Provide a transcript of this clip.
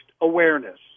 awareness